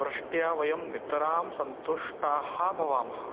वृष्ट्या वयं नितरां सन्तुष्टाः भवामः